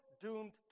doomed